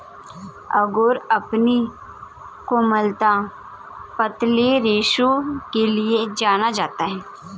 angora अपनी कोमलता, पतले रेशों के लिए जाना जाता है